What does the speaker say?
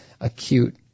acute